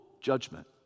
judgment